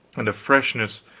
and a freshness,